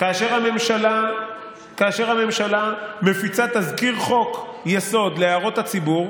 כאשר הממשלה מפיצה תזכיר חוק-יסוד להערות הציבור,